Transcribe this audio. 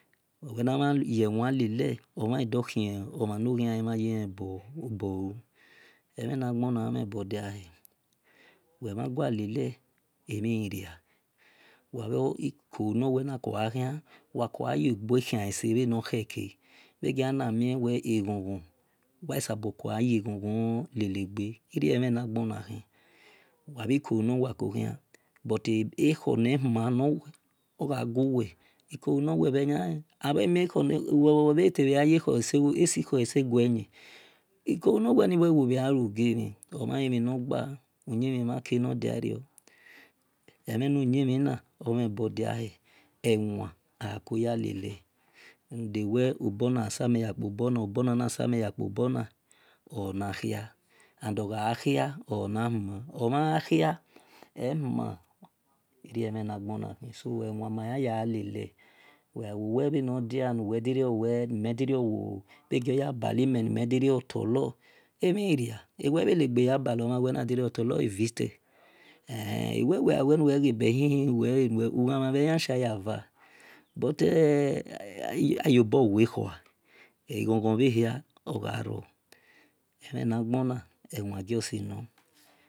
Wel wan nana ye wan lele wel dor khie omhan nor mhan len ya khien omhan nor ma le iyale ebolu emhona omhen bodia hw wel mhan gua lele mi ghi ria wa bhi kolu nor wel nakogha khian wa ko gha ye gbe nakogha khian wa ko gha ye gbe khaese bhe nor kheke bhe gia mie we eghogho wa sabogha ko gha ye ghon ghon lele gbe irie emhe na ghona khi enemhi mhan kheke nor dia rio emhenuyimhina ewa ekoya lele nude ewe obo na gja same yobona obona same yobona onakhia eghon ghon bhe hia ogharo emhena gbona ewan justi nor